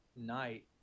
night